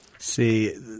See